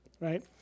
right